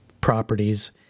properties